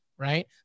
Right